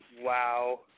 Wow